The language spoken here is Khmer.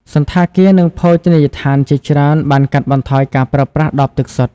សណ្ឋាគារ និងភោជនីយដ្ឋានជាច្រើនបានកាត់បន្ថយការប្រើប្រាស់ដបទឹកសុទ្ធ។